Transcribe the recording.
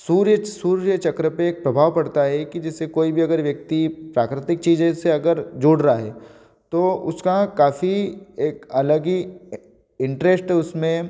सूर्य सूर्य चक्र पे एक प्रभाव पड़ता है कि जिससे कोई भी अगर व्यक्ति प्राकृतिक चीज़ें से अगर जोड़ रहा है तो उसका काफ़ी एक अलग ही इंटरेस्ट उसमें